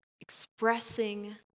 expressing